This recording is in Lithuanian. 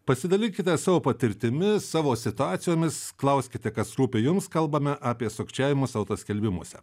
pasidalykite savo patirtimi savo situacijomis klauskite kas rūpi jums kalbame apie sukčiavimus autoskelbimuose